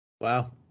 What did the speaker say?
Wow